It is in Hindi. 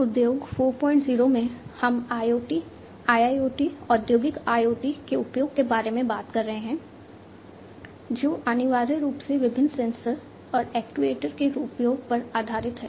उद्योग 40 में हम IoT IIoT औद्योगिक IoT के उपयोग के बारे में बात कर रहे हैं जो अनिवार्य रूप से विभिन्न सेंसर और एक्चुएटर के उपयोग पर आधारित हैं